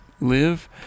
live